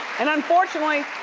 and unfortunately,